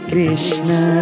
Krishna